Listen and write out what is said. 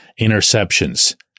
interceptions